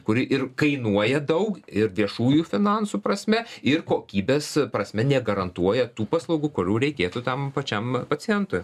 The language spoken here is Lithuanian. kuri ir kainuoja daug ir viešųjų finansų prasme ir kokybės prasme negarantuoja tų paslaugų kurių reikėtų tam pačiam pacientui